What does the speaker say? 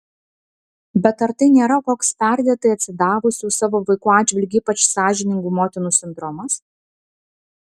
bet ar tai nėra koks perdėtai atsidavusių savo vaikų atžvilgiu ypač sąžiningų motinų sindromas